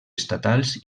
estatals